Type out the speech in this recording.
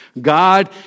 God